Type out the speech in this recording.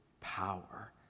power